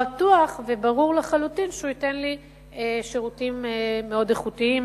ברור לחלוטין שהוא ייתן לי שירותים מאוד איכותיים,